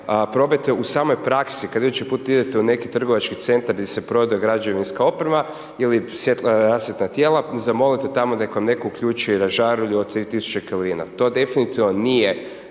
probajte u samoj praksi, kad idući put idete u neki trgovački centar gdje se prodaje građevinska oprema ili rasvjeta tijela, zamolite tamo nek vam netko uključi žarulju od 3000 kelvina, to definitivno nije